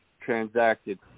transacted